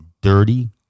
dirty